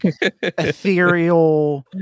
ethereal